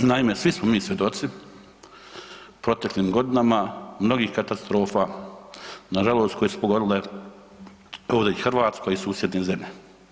Naime, svi smo mi svjedoci u proteklim godinama mnogih katastrofa nažalost koje su pogodile ovdje i Hrvatsku i susjedne zemlje.